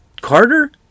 Carter